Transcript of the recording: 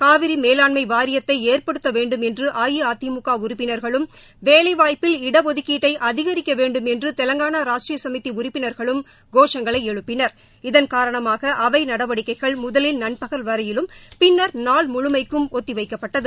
காவேரி மேலாண்மை வாரியத்தை ஏற்படுத்தவேண்டும் என்று அஇஅதிமுக உறுப்பினா்களும் வேலை வாய்ப்பில இட ஒதுக்கீட்டை அதிகரிக்க வேண்டும் என்று தெலுங்கானா ராஷ்டிரிய சமித்தி உறுப்பினர்களும் கோஷங்களை எழுப்பினர் இதன் காரணமாக அவை நடவடிக்கைகள் முதலில் நண்பகல் வரையிலும் பின்னா் நாள் முழுமைக்கும் ஒத்திவைக்கப்பட்டது